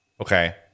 okay